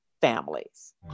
families